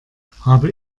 habe